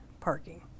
parking